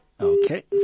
Okay